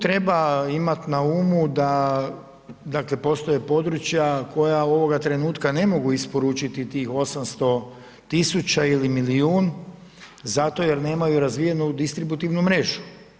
Tu treba imati na umu da dakle postoje područja koja ovoga trenutka ne mogu isporučiti tih 800 tisuća ili milijun zato jer nemaju razvijenu distributivnu mrežu.